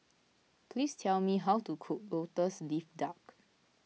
please tell me how to cook Lotus Leaf Duck